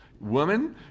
Woman